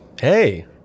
Hey